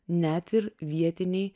net ir vietiniai